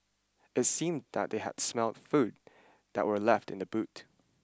it seemed that they had smelt food that were left in the boot